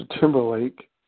Timberlake